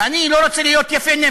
אני לא רוצה להיות יפה-נפש.